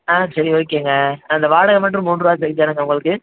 ஆ சரி ஓகேங்க அந்த வாடகை மட்டும் மூன்றுரூவா சரிதானங்க உங்களுக்கு